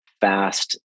fast